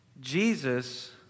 Jesus